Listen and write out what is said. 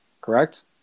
Correct